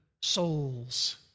souls